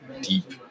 deep